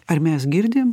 ar mes girdim